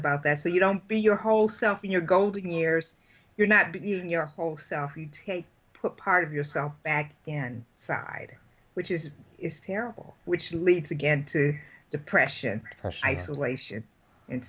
about that so you don't be your whole self in your golden years you're not been your whole self put part of yourself back and side which is is terrible which leads again to depression isolation and